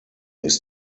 ist